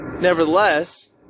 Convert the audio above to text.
Nevertheless